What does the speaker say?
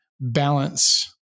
balance